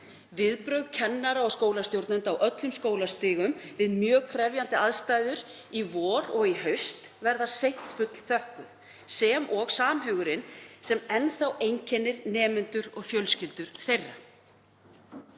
Viðbrögð kennara og skólastjórnenda á öllum skólastigum við mjög krefjandi aðstæður í vor og í haust verða seint fullþökkuð sem og samhugurinn sem enn þá einkennir nemendur og fjölskyldur þeirra.